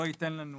לא ייתן לנו